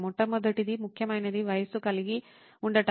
మొట్టమొదటిది ముఖ్యమైనది వయస్సు కలిగి ఉండటం